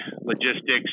logistics